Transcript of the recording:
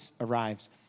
arrives